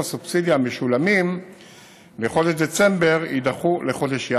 הסובסידיה המשולמים בחודש דצמבר יידחו לחודש ינואר.